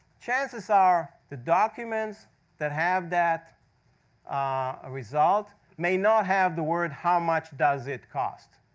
chances are the documents that have that ah result may not have the word, how much does it cost.